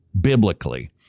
biblically